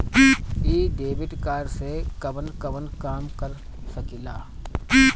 इ debit card से कवन कवन काम कर सकिला?